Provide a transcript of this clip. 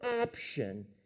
option